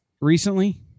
Recently